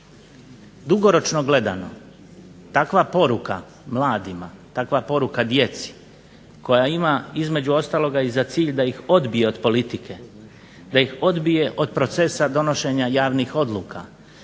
Dugoročno gledano takva poruka mladima, takva poruka djeci koja ima između ostaloga i za cilj da ih odbije od politike, da ih odbije od procesa donošenja javnih odluka,